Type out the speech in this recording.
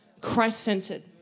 christ-centered